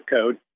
code